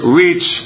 reach